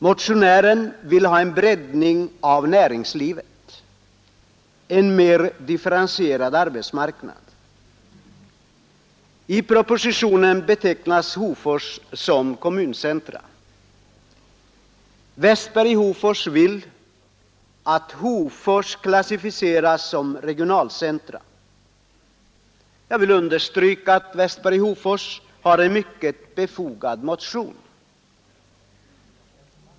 Motionären vill ha en breddning av näringslivet, en mer differentierad arbetsmarknad. I propositionen betecknas Hofors som kommuncentrum. Herr Westberg vill att Hofors skall klassificeras som regionalt centrum. Jag vill understryka att herr Westberg har en mycket befogad motion.